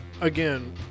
again